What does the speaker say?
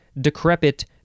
decrepit